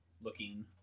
looking